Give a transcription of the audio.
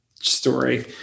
Story